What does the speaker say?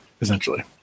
essentially